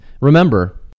remember